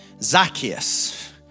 Zacchaeus